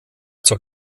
zur